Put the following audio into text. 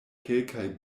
kelkaj